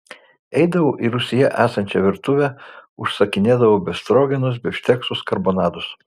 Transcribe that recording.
eidavau į rūsyje esančią virtuvę užsakinėdavau befstrogenus bifšteksus karbonadus